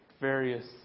various